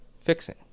fixing